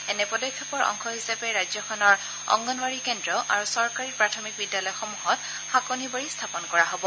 এনে পদক্ষেপৰ অংশ হিচাপে ৰাজ্যখনৰ অংগনবাড়ী কেন্দ্ৰ আৰু চৰকাৰী প্ৰাথমিক বিদ্যালয়সমূহত শাকনিবাৰী স্থাপন কৰা হ'ব